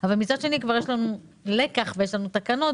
אבל מצד שני כבר יש לנו לקח ויש לנו תקנות,